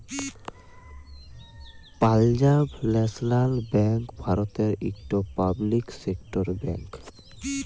Punjab national bank ভারতের ইকট public sector bank